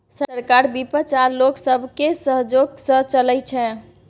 सरकार बिपक्ष आ लोक सबके सहजोग सँ चलइ छै